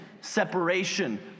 separation